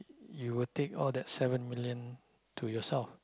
you will take all that seven million to yourself